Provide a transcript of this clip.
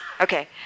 Okay